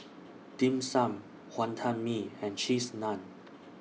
Dim Sum Wonton Mee and Cheese Naan